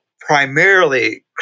primarily